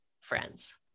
friends